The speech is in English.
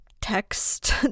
text